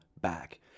back